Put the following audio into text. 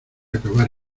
acabar